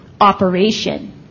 operation